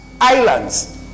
Islands